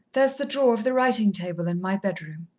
there's the drawer of the writing-table in my bedroom.